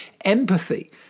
empathy